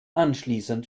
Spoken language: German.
anschließend